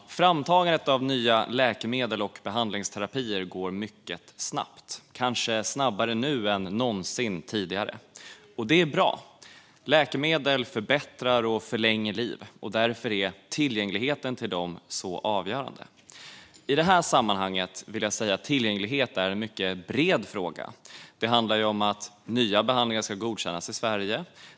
Framtagandet av nya läkemedel och behandlingsterapier går mycket snabbt, kanske snabbare nu än någonsin tidigare. Det är bra. Läkemedel förbättrar och förlänger liv, och därför är tillgängligheten till dem så avgörande. I det här sammanhanget vill jag säga att tillgänglighet är en mycket bred fråga. Det handlar om att nya behandlingar ska godkännas i Sverige.